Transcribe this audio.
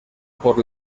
por